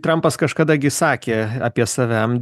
trampas kažkada gi sakė apie save